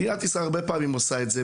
מדינת ישראל הרבה פעמים עושה את זה,